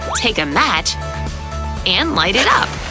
take a match and light it up.